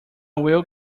will